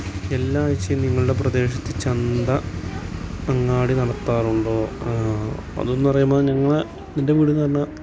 എല്ലാ ആഴ്ചയും നിങ്ങളുടെ പ്രദേശത്ത് ചന്ത അങ്ങാടി നടത്താറുണ്ടോ അതെന്ന് പറയുമ്പോൾ ഞങ്ങള് നിൻ്റെ വീടെന്ന് പറഞ്ഞാൽ